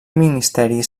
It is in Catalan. ministeri